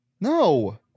No